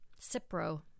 Cipro